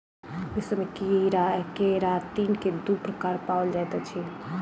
विश्व मे केरातिन के दू प्रकार पाओल जाइत अछि